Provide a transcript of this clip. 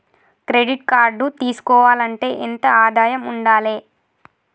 Credit card తీసుకోవాలంటే ఎంత ఆదాయం ఉండాలే?